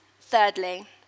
Thirdly